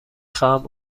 خواهم